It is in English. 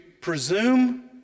presume